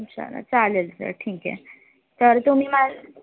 चला चालेल सर ठीक आहे तर तुम्ही मा